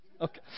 Okay